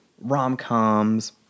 rom-coms